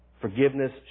Forgiveness